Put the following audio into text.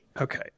Okay